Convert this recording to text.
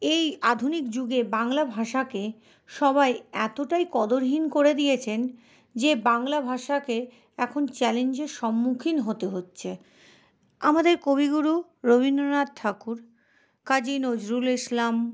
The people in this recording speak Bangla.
এই আধুনিক যুগে বাংলা ভাষাকে সবাই এতোটাই কদরহীন করে দিয়েছেন যে বাংলা ভাষাকে এখন চ্যালেঞ্জের সম্মুখীন হতে হচ্ছে আমাদের কবিগুরু রবিন্দ্রনাথ ঠাকুর কাজী নজরুল ইসলাম